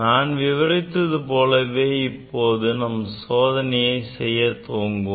நான் விவரித்தது போலவே இப்போது நாம் சோதனையை செய்ய துவங்குவோம்